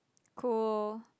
cool